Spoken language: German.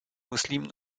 muslimen